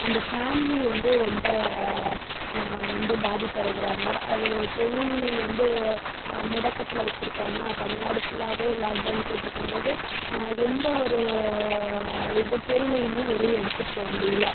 அந்த ஃபேமிலி வந்து ரொம்ப வந்து பாதிப்படைகிறாங்க அது தொழில் வந்து முடக்கத்தில் வச்சுருக்கமா தமிழ்நாடு ஃபுல்லாகவே லாக் டவுன் போட்ருக்கும் போது எந்த ஒரு இது பொருளையுமே வெளியே எடுத்துகிட்டு போக முடியலை